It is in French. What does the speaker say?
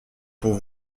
pour